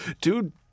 Dude